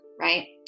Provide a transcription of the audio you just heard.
right